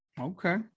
Okay